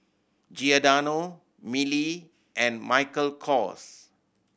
Giordano Mili and Michael Kors